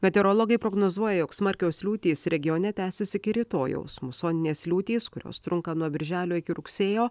meteorologai prognozuoja jog smarkios liūtys regione tęsis iki rytojaus musoninės liūtys kurios trunka nuo birželio iki rugsėjo